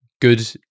good